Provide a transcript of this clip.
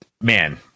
Man